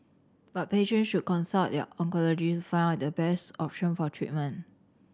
but patients should consult their oncologist to find out the best option for treatment